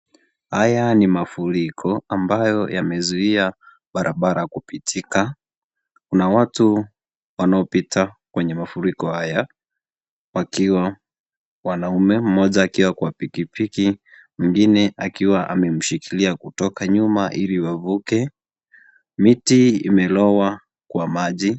Haya ni mafuriko ambayo yamezuia barabara kupitika, kuna watu wanaopita kwenye mafuriko haya wakiwa wanaume, moja akiwa kwa pikipiki mwingine akiwa amemshikilia kutoka nyuma ili wavuke, miti imelowa kwa maji.